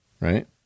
right